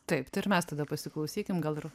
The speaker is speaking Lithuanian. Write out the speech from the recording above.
taip tai ir mes tada pasiklausykim gal ir